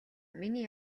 миний